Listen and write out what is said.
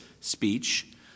speech